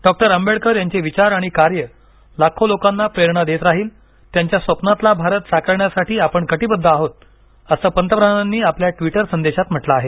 डॉ आंबेडकर यांचे विचार आणि कार्य लाखो लोकांना प्रेरणा देत राहील त्यांच्या स्वप्नातला भारत साकारण्यासाठी आपण कटिबद्ध आहोत असं पंतप्रधानांनी आपल्या ट्वीटर संदेशात म्हटलं आहे